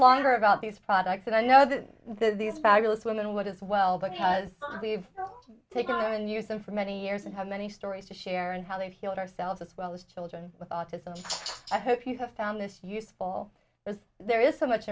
longer about these products and i know that these fabulous women are what as well because we've taken and used them for many years and how many stories to share and how they've healed ourselves as well as children with autism i hope you have found this useful as there is so much